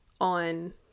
on